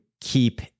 keep